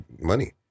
money